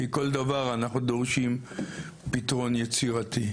כי כל דבר אנחנו דורשים פתרון יצירתי.